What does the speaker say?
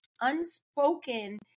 unspoken